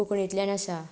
कोंकणींतल्यान आसा